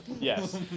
Yes